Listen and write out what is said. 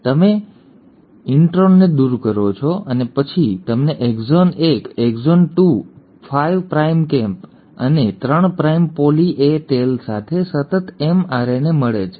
તમે તેને કાપો છો અને તમે ઇન્ટ્રોનને દૂર કરો છો અને પછી તમને એક્ઝન 1 એક્ઝન 2 5 પ્રાઇમ કેપ અને 3 પ્રાઇમ પોલિ એ ટેલ સાથે સતત એમઆરએનએ મળે છે